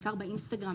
בעיקר באינסטגרם,